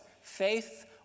faith